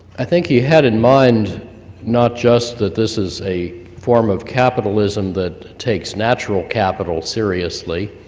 i think he had in mind not just that this is a form of capitalism that takes natural capital seriously,